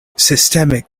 systemic